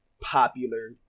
popular